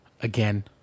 again